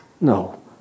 No